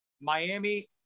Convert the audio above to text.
Miami